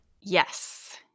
Yes